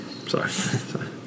Sorry